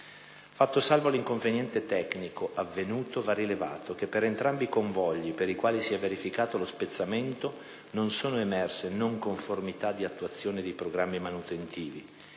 Fatto salvo l'inconveniente tecnico avvenuto, va rilevato che, per entrambi i convogli per i quali si è verificato lo spezzamento, non sono emerse non conformità di attuazione dei programmi manutentivi.